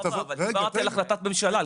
הן נכתבות --- דיברתי על החלטת ממשלה,